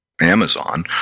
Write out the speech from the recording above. Amazon